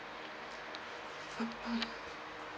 mm hmm